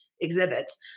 exhibits